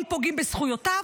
אם פוגעים בזכויותיו.